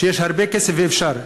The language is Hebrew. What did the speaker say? יש הרבה כסף ואפשר.